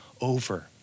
over